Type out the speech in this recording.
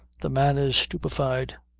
the man is stupefied.